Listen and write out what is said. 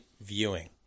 viewing